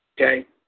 okay